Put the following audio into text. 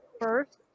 first